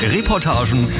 Reportagen